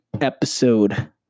episode